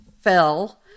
fell